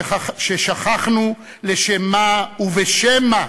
ששכחנו לשם מה ובשם מה